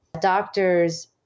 doctors